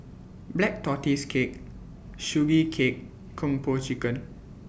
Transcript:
Black Tortoise Cake Sugee Cake Kung Po Chicken